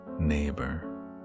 neighbor